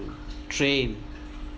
train